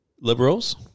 Liberals